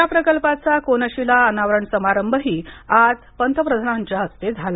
या प्रकल्पाचा कोनशिला अनावरण समारंभही आज पंतप्रधानांच्या हस्ते झाला